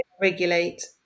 regulate